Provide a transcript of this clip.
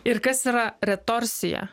ir kas yra retorsija